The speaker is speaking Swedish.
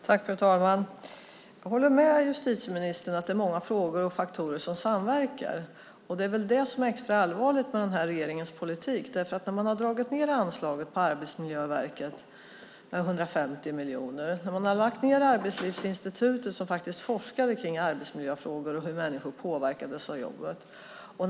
Fru talman! Jag håller med justitieministern om att det är många frågor och faktorer som samverkar. Det är väl det som är extra allvarligt med den här regeringens politik. Man har ju dragit ned anslaget till Arbetsmiljöverket med 150 miljoner. Man har lagt ned Arbetslivsinstitutet som faktiskt forskat kring arbetsmiljöfrågor och hur människor påverkas av sina jobb.